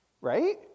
right